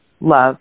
love